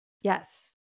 Yes